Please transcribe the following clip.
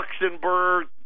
Luxembourg